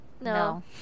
no